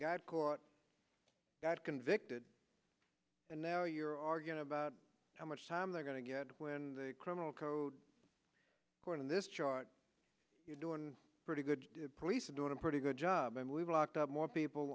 got caught got convicted and now you're arguing about how much time they're going to get when the criminal code court in this shot you're doing pretty good police are doing a pretty good job and we've locked up more people